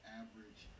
average